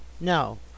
No